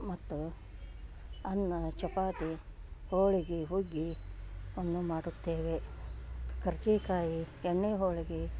ಮತ್ತು ಅನ್ನ ಚಪಾತಿ ಹೋಳಿಗೆ ಹುಗ್ಗಿಯನ್ನು ಮಾಡುತ್ತೇವೆ ಕರಜಿಕಾಯಿ ಎಣ್ಣೆ ಹೋಳ್ಗೆ